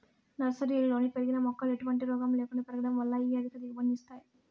నర్సరీలలో పెరిగిన మొక్కలు ఎటువంటి రోగము లేకుండా పెరగడం వలన ఇవి అధిక దిగుబడిని ఇస్తాయి